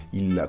il